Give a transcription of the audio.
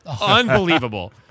Unbelievable